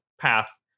path